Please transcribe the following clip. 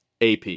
AP